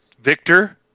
Victor